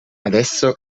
adesso